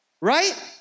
Right